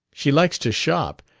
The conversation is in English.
she likes to shop,